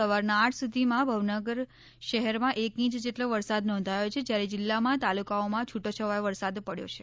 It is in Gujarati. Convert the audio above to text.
સવારના આઠ સુધીમાં ભાવનગર શહેરમાં એક ઇંચ જેટલો વરસાદ નોંઘાયો છે જ્યારે જીલ્લામાં તાલુકાઓમાં છૂટો છવાયો વરસાદ પડ્યો છે